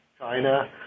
China